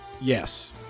Yes